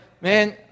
man